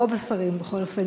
רוב השרים בכל אופן,